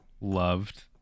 loved